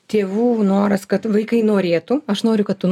tėvų noras kad vaikai norėtų aš noriu kad tu